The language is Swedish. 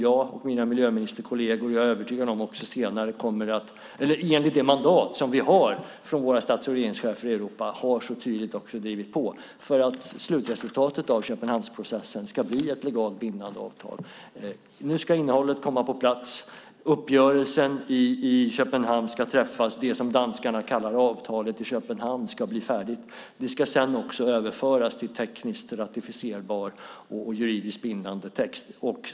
Jag och mina miljöministerkolleger har enligt det mandat som vi har från våra stats och regeringschefer i Europa tydligt drivit på för att slutresultatet av Köpenhamnsprocessen ska bli ett legalt bindande avtal. Nu ska innehållet komma på plats. Uppgörelsen i Köpenhamn ska träffas. Det som danskarna kallar avtalet i Köpenhamn ska bli färdigt. Det ska sedan också överföras till tekniskt ratificerbar och juridiskt bindande text.